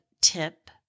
tip